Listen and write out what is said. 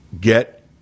get